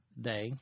day